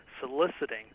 soliciting